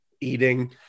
eating